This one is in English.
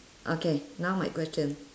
okay now my question